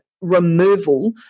removal